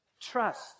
Trust